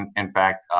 and in fact,